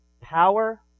power